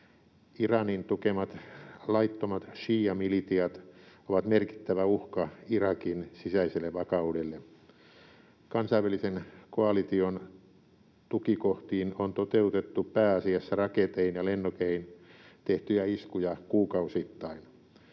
Iranin tukemat laittomat šiiamilitiat ovat merkittävä uhka Irakin sisäiselle vakaudelle. Kansainvälisen koalition tukikohtiin on toteutettu pääasiassa raketein ja lennokein tehtyjä iskuja kuukausittain.